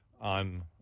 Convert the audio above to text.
on